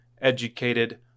Educated